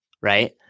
right